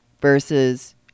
versus